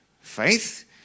Faith